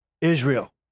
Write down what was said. Israel